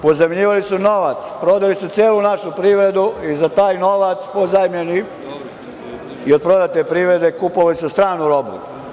Pozajmljivali su novac, prodali su celu našu privredu i za taj novac, pozajmljeni, i od prodate privrede kupovali su stranu robu.